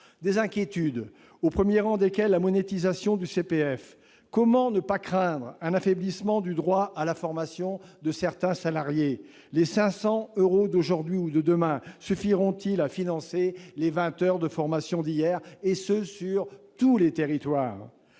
sont nées, au premier rang desquelles la monétisation du CPF. Comment ne pas craindre un affaiblissement du droit à la formation de certains salariés ? Les 500 euros d'aujourd'hui ou de demain suffiront-ils à financer les 20 heures de formation d'hier, et ce dans tous les territoires ?